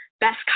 best